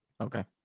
Okay